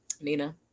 Nina